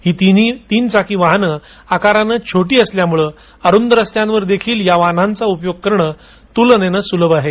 ही तिन्ही तीन चाकी वाहनं आकारानं छोटी असल्यामुळे अरुंद रस्त्यांवर देखील या वाहनांचा उपयोग करणं तुलनेनं सुलभ असणार आहे